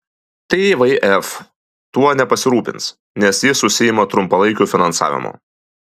tvf tuo nepasirūpins nes jis užsiima trumpalaikiu finansavimu